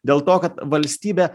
dėl to kad valstybė